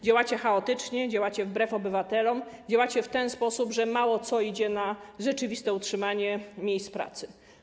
Działacie chaotycznie, działacie wbrew obywatelom, działacie w ten sposób, że mało co idzie na rzeczywiste utrzymanie miejsc pracy.